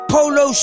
Polo